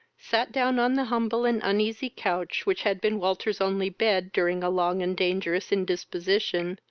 sat down on the humble and uneasy couch which had been walter's only bed, during a long and dangerous indisposition,